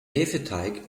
hefeteig